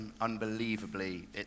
Unbelievably